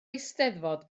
eisteddfod